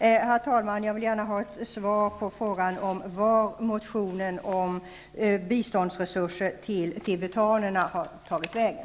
Herr talman! Jag vill gärna ha svar på frågan om var motionen om biståndsresurser till tibetanerna har tagit vägen.